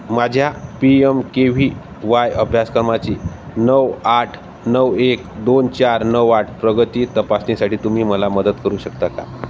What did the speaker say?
माझ्या P M K V Y अभ्यासक्रमाची नऊ आठ नऊ एक दोन चार नऊ आठ प्रगती तपासणीसाठी तुम्ही मला मदत करू शकता का